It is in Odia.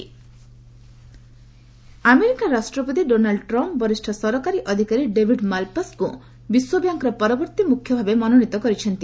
ୟୁଏସ୍ ଓ୍ବାର୍ଡ ବ୍ୟାଙ୍କ ଆମେରିକା ରାଷ୍ଟ୍ରପତି ଡୋନାଲ୍ଡ ଟ୍ରମ୍ପ ବରିଷ୍ଣ ସରକାରୀ ଅଧିକାରୀ ଡେଭିଡ୍ ମାଲ୍ପାସ୍ଙ୍କୁ ବିଶ୍ୱବ୍ୟାଙ୍କର ପରବର୍ତ୍ତୀ ମୁଖ୍ୟ ଭାବେ ମନୋନୀତ କରିଛନ୍ତି